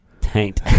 Taint